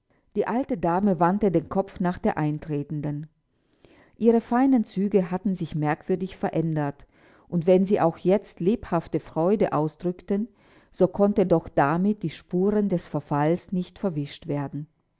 die alte dame wandte den kopf nach der eintretenden ihre feinen züge hatten sich merkwürdig verändert und wenn sie auch jetzt eben lebhafte freude ausdrückten so konnten doch damit die spuren des verfalles nicht verwischt werden